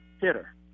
hitter